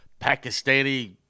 Pakistani